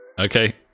okay